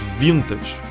vintage